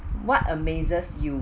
what amazes you